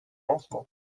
lancement